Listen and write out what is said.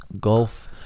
Golf